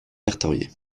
répertoriés